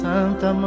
Santa